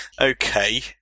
Okay